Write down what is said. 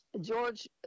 George